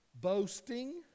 Boasting